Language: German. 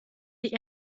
die